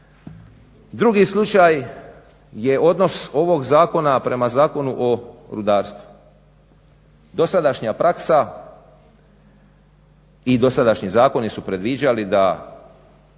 Drugi slučaj je odnos ovog zakona prema Zakonu o rudarstvu. Dosadašnja praksa i dosadašnji zakoni su predviđali da